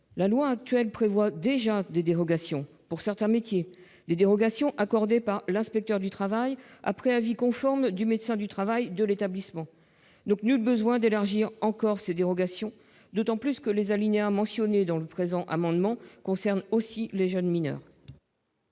La loi actuelle prévoit déjà des dérogations pour certains métiers : les dérogations accordées par l'inspecteur du travail, après avis conforme du médecin du travail de l'établissement. Il n'est donc nul besoin d'élargir encore ces dérogations, d'autant plus que les alinéas mentionnés dans le présent amendement concernent aussi les jeunes mineurs.